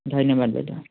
ধন্যবাদ বাইদেউ